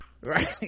Right